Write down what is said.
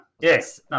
yes